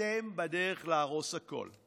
אתם בדרך להרוס הכול,